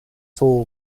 fall